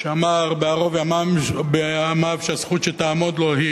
שאמר בערוב ימיו שהזכות שתעמוד לו היא,